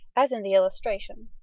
as in the illustration